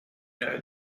know